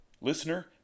Listener